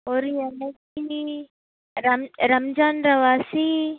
ஒரு இரநூத்தி ரம் ரம்ஜான்ற வாசி